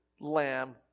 lamb